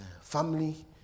family